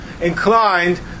inclined